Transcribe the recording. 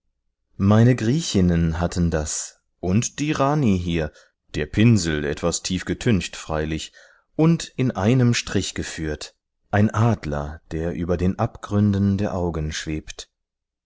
meine griechinnen hatten das und die rani hier der pinsel etwas tief getüncht freilich und in einem strich geführt ein adler der über den abgründen der augen schwebt